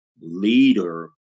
leader